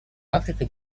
африка